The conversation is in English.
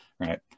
Right